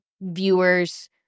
viewers